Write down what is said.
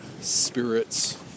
spirits